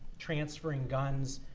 transferring guns,